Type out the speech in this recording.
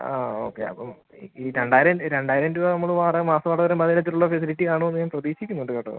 ആ ഓക്കെ അപ്പം ഇ ഈ രണ്ടായിരം രണ്ടായിരം രൂപ നമ്മൾ വാടക മാസം വാടക തരാം അപ്പം അത്തരത്തിലുള്ള ഫെസിലിറ്റി കാണുമോന്ന് ഞാൻ പ്രതീക്ഷിക്കുന്നുണ്ട് കേട്ടോ